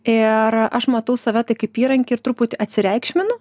ir aš matau save tai kaip įrankį ir truputį atsireikšminu